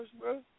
bro